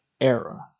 era